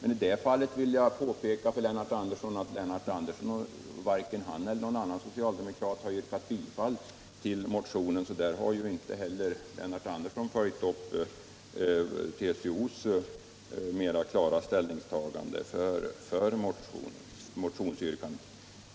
I det fallet vill jag påpeka för Lennart Andersson att varken han eller någon annan socialdemokrat har yrkat bifall till motionen, så där har ju inte heller Lennart Andersson tagit upp TCO:s mera klara ställningstagande för motionsyrkandet.